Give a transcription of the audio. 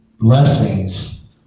blessings